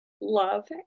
love